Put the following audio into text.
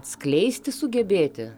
atskleisti sugebėti